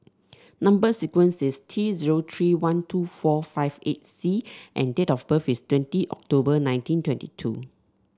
number sequence is T zero three one two four five eight C and date of birth is twenty October nineteen twenty two